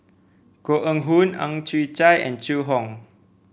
Koh Eng Hoon Ang Chwee Chai and Zhu Hong